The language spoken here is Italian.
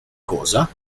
cosa